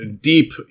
deep